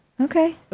Okay